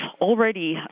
already